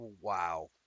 wow